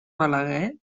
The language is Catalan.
balaguer